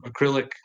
acrylic